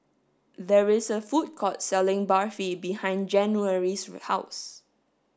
there is a food court selling Barfi behind January's house